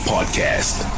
Podcast